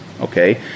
Okay